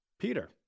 Peter